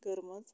کٔرمٕژ